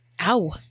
Ow